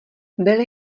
byly